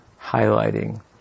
highlighting